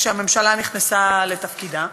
כשהממשלה נכנסה לתפקידה,